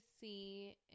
see